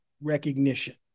recognition